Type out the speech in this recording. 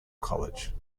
college